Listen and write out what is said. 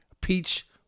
peach